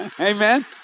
Amen